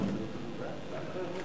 ההצעה להעביר